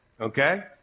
Okay